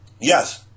Yes